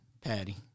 Patty